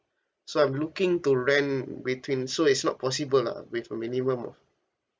so I'm looking to rent between so it's not possible ah with a minimum of